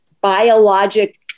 biologic